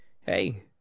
hey